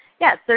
yes